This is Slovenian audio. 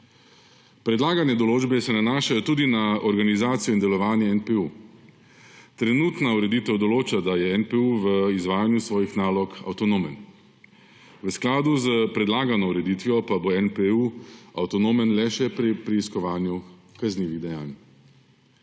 Predlagane določbe se nanašajo tudi na organizacijo in delovanje NPU. Trenutna ureditev določa, da je NPU v izvajanju svojih nalog avtonomen. V skladu s predlagano ureditvijo pa bo NPU avtonomen le še pri preiskovanju kaznivih dejanj.